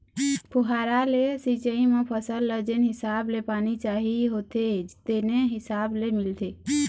फुहारा ले सिंचई म फसल ल जेन हिसाब ले पानी चाही होथे तेने हिसाब ले मिलथे